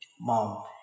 mom